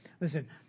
Listen